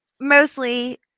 mostly